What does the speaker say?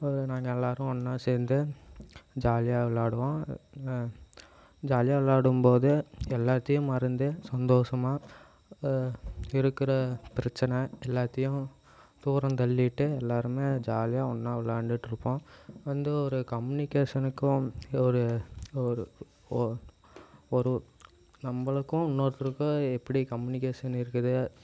ஒரு நாங்கள் எல்லாரும் ஒன்னாக சேர்ந்து ஜாலியாக விளாடுவோம் ஜாலியாக விளாடும்போது எல்லாத்தையும் மறந்து சந்தோசமாக இருக்கிற பிரச்சனை எல்லாத்தையும் தூரம் தள்ளிவிட்டு எல்லாருமே ஜாலியாக ஒன்னாக விளாண்டுட்ருப்போம் வந்து ஒரு கம்யூனிகேஷனுக்கும் ஒரு ஒரு ஓ ஒரு நம்பளுக்கும் இன்னொருத்தருக்கும் எப்படி கம்யூனிகேஷன் இருக்குது